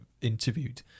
interviewed